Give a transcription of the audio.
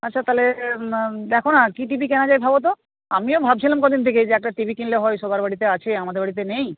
আচ্ছা তাহলে দেখো না কী টি ভি কেনা যায় ভাবো তো আমিও ভাবছিলাম কদিন থেকে যে একটা টি ভি কিনলে হয় সবার বাড়িতে আছে আমাদের বাড়িতে নেই